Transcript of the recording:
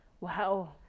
Wow